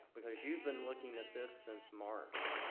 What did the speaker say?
because you've been looking at this since march,